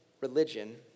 religion